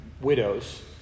widows